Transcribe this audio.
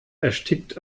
erstickt